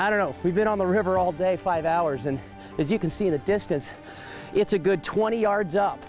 i don't know we've been on the river all day five hours and as you can see in the distance it's a good twenty yards up